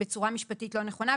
בצורה משפטית לא נכונה,